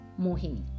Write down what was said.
mohini